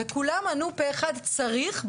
כולם ענו פה אחד שצריך,